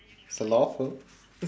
it's a law firm